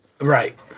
Right